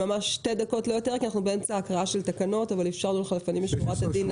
אנחנו באמצע קריאת התקנות אבל נאפשר לך להתייחס לפני משורת הדין.